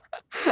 !wah!